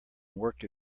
work